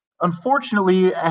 unfortunately